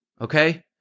okay